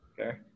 Okay